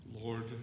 Lord